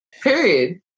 period